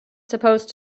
supposed